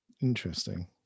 Interesting